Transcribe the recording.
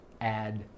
add